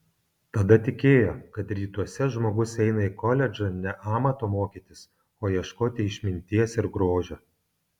tada tikėjo kad rytuose žmogus eina į koledžą ne amato mokytis o ieškoti išminties ir grožio